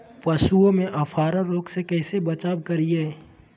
पशुओं में अफारा रोग से कैसे बचाव करिये?